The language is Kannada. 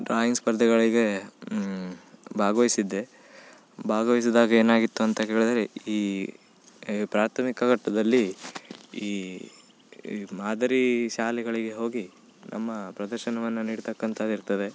ಡ್ರಾಯಿಂಗ್ ಸ್ಪರ್ಧೆಗಳಿಗೆ ಭಾಗ್ವಹಿಸಿದ್ದೆ ಭಾಗವಹಿಸಿದಾಗ ಏನಾಗಿತ್ತು ಅಂತ ಕೇಳಿದ್ರೆ ಈ ಪ್ರಾಥಮಿಕ ಘಟ್ಟದಲ್ಲಿ ಈ ಮಾದರಿ ಶಾಲೆಗಳಿಗೆ ಹೋಗಿ ನಮ್ಮ ಪ್ರದರ್ಶನವನ್ನು ನೀಡ್ತಕ್ಕಂಥದ್ದು ಇರ್ತದೆ